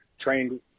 trained